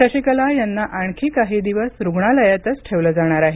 शशिकला यांना आणखी काही दिवस रुग्णालयातच ठेवलं जाणार आहे